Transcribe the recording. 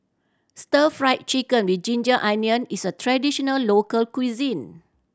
Stir Fry Chicken with ginger onion is a traditional local cuisine